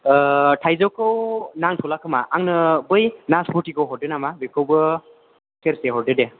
थाइजौखौ नांथ'ला खोमा आंनो बै नासप'तिखौ हरदो नामा बेखौबो सेरसे हरदो दे